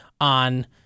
on